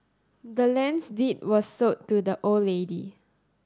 the land's deed was sold to the old lady